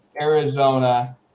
Arizona